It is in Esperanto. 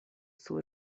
sur